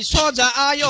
so da yeah